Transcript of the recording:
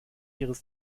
ihres